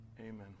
Amen